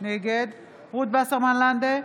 נגד רות וסרמן לנדה,